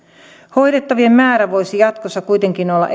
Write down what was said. hoidettavien määrä voisi jatkossa kuitenkin olla